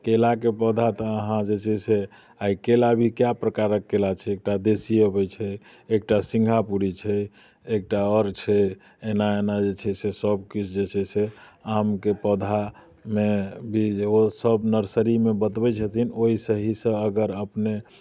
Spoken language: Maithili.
केराके पौधा तऽ अहाँ जे छै से आइ केरा भी कए प्रकारक केरा छै एकटा देशी अबैत छै एकटा सिंगापुरी छै एकटा आओर छै एना एना जे छै से सभके जे छै से आमके पौधामे भी सभ नर्सरीमे बतबैत छथिन ओहि सहीसँ अगर अपने